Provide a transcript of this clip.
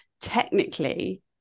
Technically